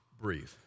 breathe